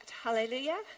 Hallelujah